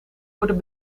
worden